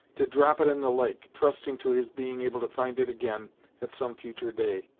to drop it in the lake, trusting to his being able to find it again at some future day.